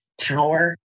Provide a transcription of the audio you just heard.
power